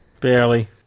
Barely